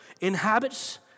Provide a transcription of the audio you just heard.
inhabits